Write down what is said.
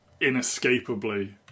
inescapably